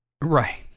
Right